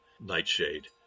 nightshade